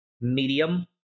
medium